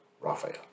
Raphael